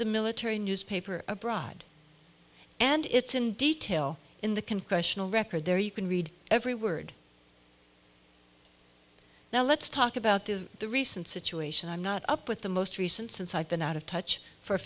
the military newspaper abroad and it's in detail in the congressional record there you can read every word now let's talk about the recent situation i'm not up with the most recent since i've been out of touch for a